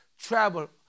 Travel